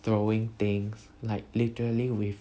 throwing things like literally with